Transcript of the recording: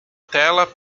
tela